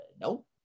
nope